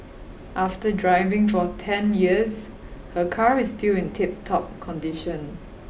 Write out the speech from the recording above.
after driving for ten years her car is still in tip top condition